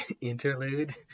interlude